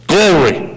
Glory